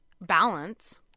balance